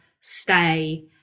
stay